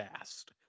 asked